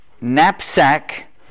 knapsack